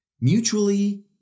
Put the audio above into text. mutually